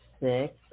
six